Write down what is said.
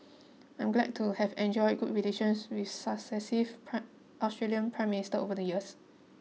I'm glad to have enjoyed good relations with successive prime Australian prime ministers over the years